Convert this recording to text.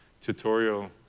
tutorial